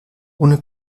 ohne